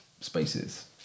spaces